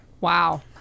wow